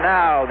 now